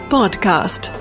Podcast